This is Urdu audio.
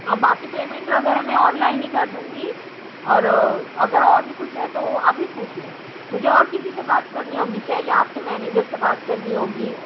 ہاں باقی پیمنٹ وغیرہ میں آن لائن ہی کر دوں گی اور اگر اور بھی کچھ ہے تو وہ ابھی پوچھ لیں مجھے اور کسی سے بات کرنی ہوگی کیا یا آپ کے مینیجر سے بات کرنی ہوگی